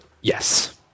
yes